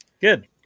Good